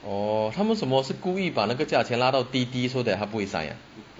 orh 他们什么是故意把那个价钱拉倒低低 so that 他不会 sign ah